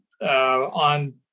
on